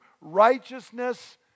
righteousness